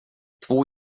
två